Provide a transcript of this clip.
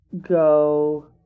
go